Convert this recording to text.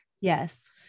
Yes